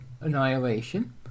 annihilation